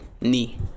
knee